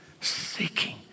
seeking